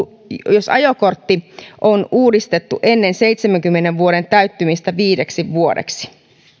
jos ajokortti on uudistettu ennen seitsemänkymmenen vuoden täyttymistä viideksi vuodeksi